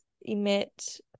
emit